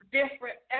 different